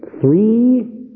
Three